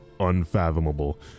unfathomable